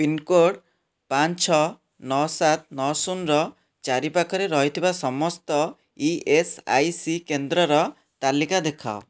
pincode ପାଞ୍ଚ ଛଅ ନଅ ସାତ ଶୂନର ଚାରିପାଖରେ ରହିଥିବା ସମସ୍ତ ଇ ଏସ୍ ଆଇ ସି କେନ୍ଦ୍ରର ତାଲିକା ଦେଖାଅ